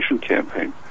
campaign